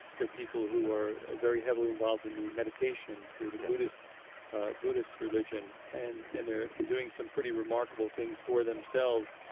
there are people who are ah very heavily involved in the meditation through the buddhist ah buddhist religion, and and they're doing some pretty remarkable things for themselves,